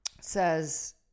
says